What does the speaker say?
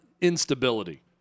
instability